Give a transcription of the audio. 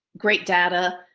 great data.